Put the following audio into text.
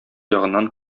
ягыннан